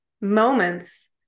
moments